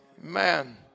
Man